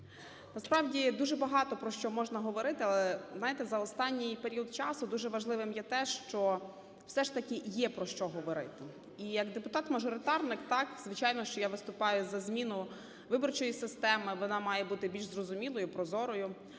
Насправді дуже багато про що можна говорити, але знаєте, за останній період часу дуже важливим є те, що, все ж таки, є, про що говорити. І як депутат-мажоритарник, так, звичайно, що я виступаю за зміну виборчої системи. Вона має бути більш зрозумілою і прозорою,